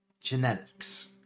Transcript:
genetics